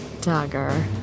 dagger